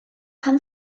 pan